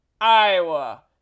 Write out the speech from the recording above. Iowa